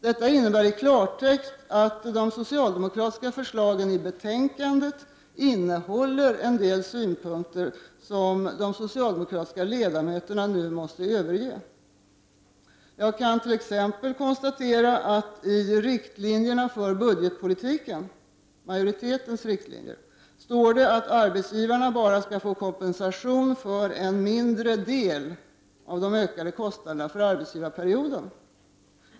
Detta innebär i klartext att de socialdemokratiska förslagen i betänkandet innehåller en del synpunkter som de socialdemokratiska ledamöterna nu måste överge. Jag kan t.ex. konstatera att det i riktlinjerna för budgetpolitiken — majoritetens riktlinjer — står att arbetsgivarna skall få kompensation bara för en mindre del av de ökade kostnaderna för arbetsgivarperioden.